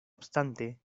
obstante